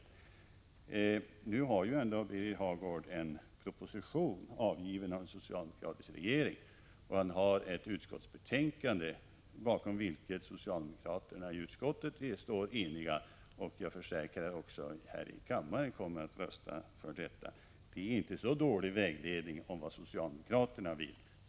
Men nu har Birger Hagård tillgång till en proposition, avgiven av den socialdemokratiska regeringen, och ett antal utskottsbetänkanden, bakom vilka socialdemokraterna i utskottet står eniga och för vilka jag kan försäkra att de också kommer att rösta här i kammaren. Det är inte så dålig vägledning om vad socialdemokraterna vill.